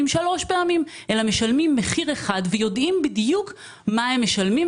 שלוש פעמים אלא משלמים מחיר אחד ויודעים בדיוק מה הם משלמים,